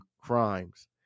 Crimes